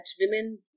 women